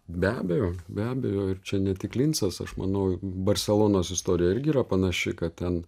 be abejo be abejo ir čia ne tik lincas aš manau barselonos istorija irgi yra panaši kad ten